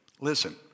Listen